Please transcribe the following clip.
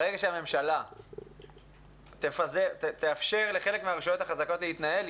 ברגע שהממשלה תאפשר לחלק מהרשויות החזקות להתנהל,